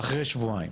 אחרי שבועיים,